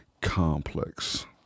Complex